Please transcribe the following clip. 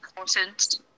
Important